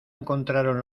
encontraron